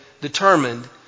determined